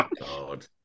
God